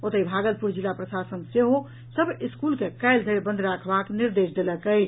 ओतहि भागलपुर जिला प्रशासन सेहो सभ स्कूल के काल्हि धरि बंद राखबाक निर्देश देलक अछि